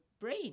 brain